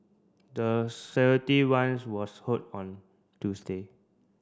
the run was hold on Tuesday